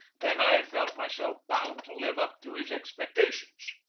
then i felt myself bound to live up to his expectations.